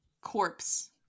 corpse